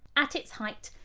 at its height,